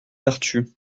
vertu